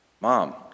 Mom